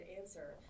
answer